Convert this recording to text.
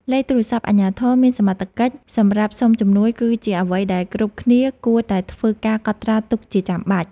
លេខទូរស័ព្ទអាជ្ញាធរមានសមត្ថកិច្ចសម្រាប់សុំជំនួយ គឺជាអ្វីដែលគ្រប់គ្នាគួរតែធ្វើការកត់ត្រាទុកជាចាំបាច់។